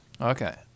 Okay